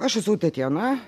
aš esu tatjana